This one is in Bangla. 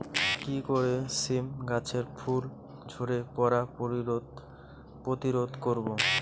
কি করে সীম গাছের ফুল ঝরে পড়া প্রতিরোধ করব?